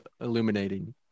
illuminating